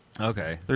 Okay